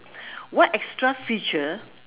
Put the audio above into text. what extra feature